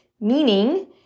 meaning